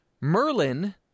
Merlin